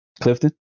clifton